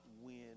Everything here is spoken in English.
win